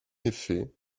effet